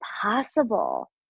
possible